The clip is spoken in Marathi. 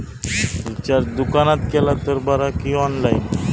रिचार्ज दुकानात केला तर बरा की ऑनलाइन?